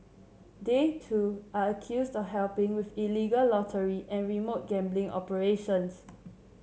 they too are accused of helping with illegal lottery and remote gambling operations